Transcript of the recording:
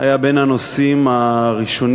היה בין הנושאים הראשונים